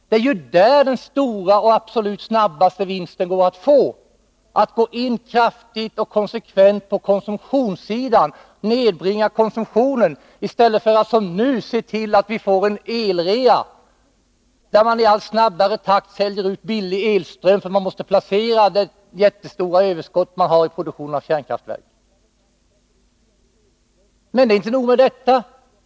Det är ju genom att kraftigt och konsekvent nedbringa konsumtionen som man kan göra den stora och absolut snabbaste vinsten — i stället för att man som nu anordnar en el-rea och i allt snabbare takt säljer ut billig elström för att man måste placera det jättestora överskott man har genom produktion av kärnkraft. Det är emellertid inte nog med detta.